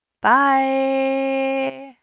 Bye